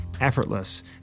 Effortless